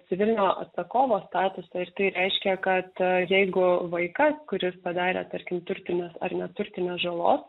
civilinio atsakovo statusą ir tai reiškia kad jeigu vaikas kuris padarė tarkim turtinės ar neturtinės žalos